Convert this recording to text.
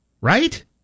right